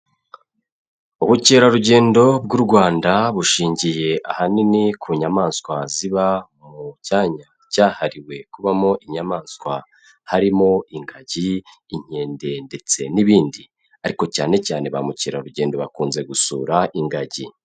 Ubukerarugendo bw'u Rwanda bushingiye ahanini ku nyamaswa ziba mu cyanya cyahariwe kubamo inyamaswa, harimo ingagi, inkende ndetse n'ibindi ariko cyane cyane ba mukerarugendo bakunze gusura ingagi.